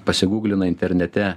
pasiguglina internete